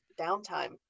downtime